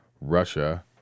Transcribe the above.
Russia